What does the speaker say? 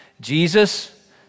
Jesus